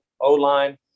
O-line